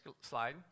slide